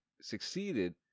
succeeded